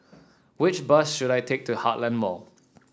which bus should I take to Heartland Mall